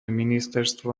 ministerstvo